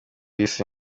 isi